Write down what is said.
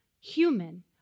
human